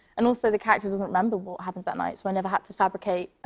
and also, the character doesn't remember what happened that night, so i never have to fabricate